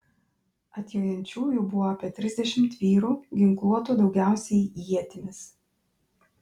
atjojančiųjų buvo apie trisdešimt vyrų ginkluotų daugiausiai ietimis